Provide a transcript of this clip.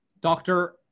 Doctor